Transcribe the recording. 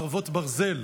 חרבות ברזל),